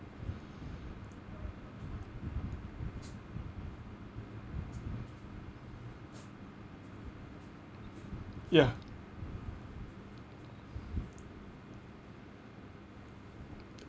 ya